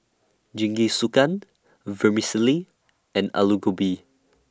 Jingisukan Vermicelli and Alu Gobi